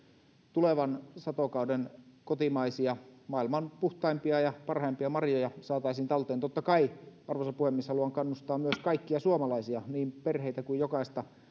tulevan satokauden kotimaisia maailman puhtaimpia ja parhaimpia marjoja saataisiin talteen totta kai arvoisa puhemies haluan kannustaa myös kaikkia suomalaisia niin perheitä kuin jokaista